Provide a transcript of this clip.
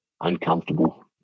Uncomfortable